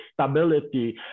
stability